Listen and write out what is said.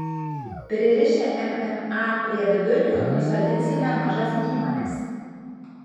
pririšę mma prie vidurkio nusodinsime mažas įmones